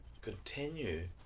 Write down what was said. continue